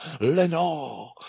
Lenore